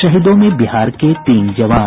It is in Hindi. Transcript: शहीदों में बिहार के तीन जवान